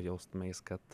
jaustumeis kad